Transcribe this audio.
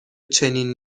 چنین